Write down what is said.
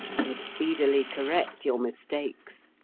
and speedily correct your mistakes.